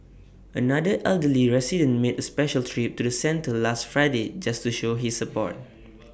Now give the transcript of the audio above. another elderly resident made A special trip to the centre last Friday just to show his support